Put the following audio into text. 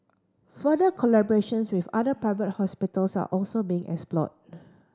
further collaborations with other private hospitals are also being explored